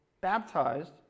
baptized